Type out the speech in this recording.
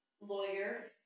lawyer